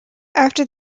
after